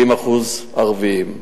70% ערבים,